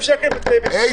למה רק משטרה?